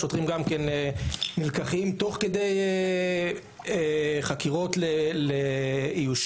שוטרים נלקחים תוך כדי חקירות לאיוש